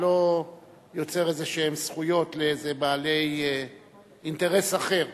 ולא יוצר זכויות כלשהן לבעלי אינטרס אחר.